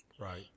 Right